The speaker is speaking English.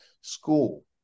school